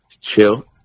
chill